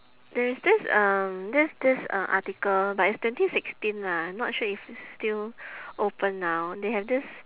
there is this uh this this uh article but it's twenty sixteen lah not sure if it's still open now they have this